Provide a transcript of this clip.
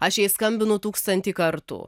aš jai skambinu tūkstantį kartų